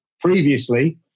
previously